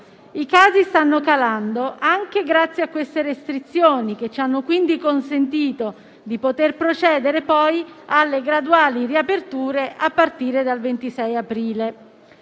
contagio stanno calando anche grazie a queste restrizioni, che ci hanno quindi consentito di poter procedere alle graduali riaperture a partire dal 26 aprile.